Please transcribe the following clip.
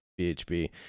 BHB